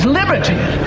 liberty